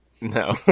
No